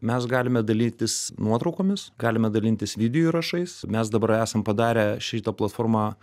mes galime dalytis nuotraukomis galime dalintis video įrašais mes dabar esam padarę šitą platformą